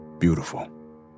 beautiful